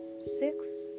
six